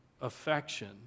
affection